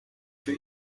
für